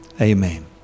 amen